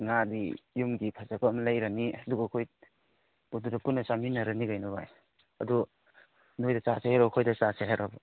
ꯉꯥꯗꯤ ꯌꯨꯝꯒꯤ ꯐꯖꯕ ꯑꯃ ꯂꯩꯔꯅꯤ ꯑꯗꯨꯒ ꯑꯩꯈꯣꯏ ꯃꯗꯨꯗ ꯄꯨꯟꯅ ꯆꯥꯃꯤꯟꯅꯔꯅꯤ ꯀꯩꯅꯣ ꯚꯥꯏ ꯑꯗꯣ ꯅꯈꯣꯏꯗ ꯆꯥꯁꯤ ꯍꯥꯏꯕ꯭ꯔꯣ ꯑꯩꯈꯣꯏꯗ ꯆꯥꯁꯤ ꯍꯥꯏꯕ꯭ꯔꯣ